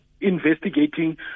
investigating